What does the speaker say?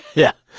yeah,